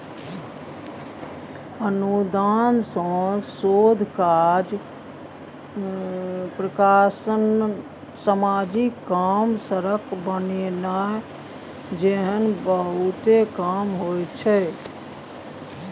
अनुदान सँ शोध कार्य, प्रकाशन, समाजिक काम, सड़क बनेनाइ जेहन बहुते काम होइ छै